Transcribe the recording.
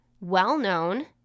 well-known